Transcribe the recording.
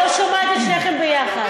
אני לא שומעת את שניכם ביחד.